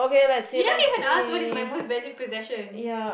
you don't even ask what is my most valued possession